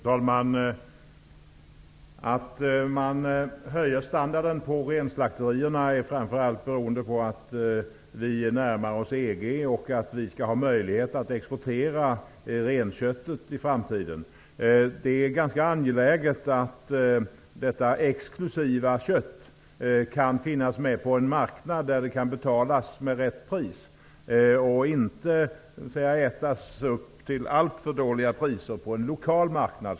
Fru talman! Att vi höjer standarden på renslakterierna beror framför allt på att vi närmar oss EG och att vi skall ha möjlighet att i framtiden exportera renköttet. Det är ganska angeläget att detta exklusiva kött kan finnas med på en marknad där det kan köpas till rätt pris och inte, som fallet är i dag, så att säga ätas upp till alltför låga priser på en lokal marknad.